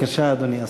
בבקשה, אדוני השר.